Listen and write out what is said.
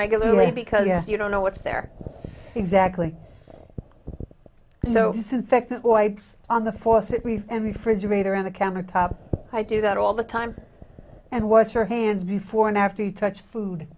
regularly because you don't know what's there exactly so on the force it we in the fridge later on the countertop i do that all the time and watch your hands before and after you touch food